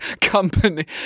Company